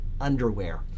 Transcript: underwear